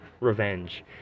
revenge